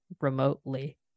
remotely